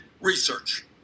research